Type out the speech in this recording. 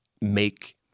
make